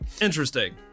Interesting